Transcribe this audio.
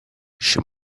she